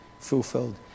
fulfilled